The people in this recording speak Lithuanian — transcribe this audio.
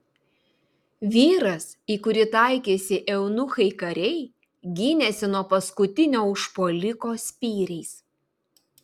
vyras į kurį taikėsi eunuchai kariai gynėsi nuo paskutinio užpuoliko spyriais